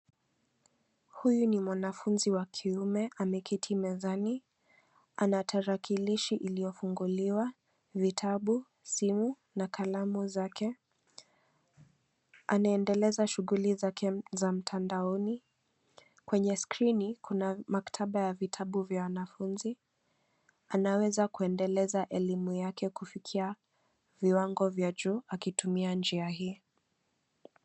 Huyu ni mwanafunzi wa kiume ameketi mezani ana tarakilishi iliyofunguliwa, vitabu, simu na kalamu zake. Anaendeleza shughuli zake za mtandaoni, kwenye skrini kuna maktaba ya vitabu vya wanafunzi. Anaweza kuendeleza elimu yake kufikia viwango vya juu akitumia njia hii.